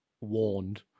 warned